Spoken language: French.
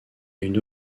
une